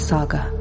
Saga